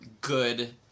good